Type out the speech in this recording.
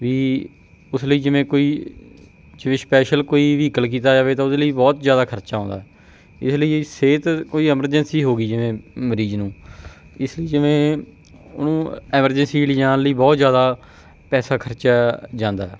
ਵੀ ਉਸ ਲਈ ਜਿਵੇਂ ਕੋਈ ਜਿਵੇਂ ਸਪੈਸ਼ਲ ਕੋਈ ਵਹੀਕਲ ਕੀਤਾ ਜਾਵੇ ਤਾਂ ਉਹਦੇ ਲਈ ਬਹੁਤ ਜ਼ਿਆਦਾ ਖਰਚਾ ਆਉਂਦਾ ਇਸ ਲਈ ਇਹ ਸਿਹਤ ਕੋਈ ਐਮਰਜੈਂਸੀ ਹੋ ਗਈ ਜਿਵੇਂ ਮਰੀਜ਼ ਨੂੰ ਇਸ ਜਿਵੇਂ ਉਹਨੂੰ ਐਮਰਜੈਂਸੀ ਲਿਜਾਣ ਲਈ ਬਹੁਤ ਜ਼ਿਆਦਾ ਪੈਸਾ ਖਰਚਿਆ ਜਾਂਦਾ ਹੈ